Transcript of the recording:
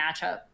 matchup